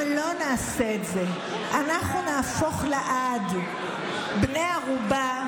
אם לא נעשה את זה אנחנו נהפוך לעד בני ערובה,